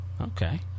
Okay